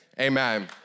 Amen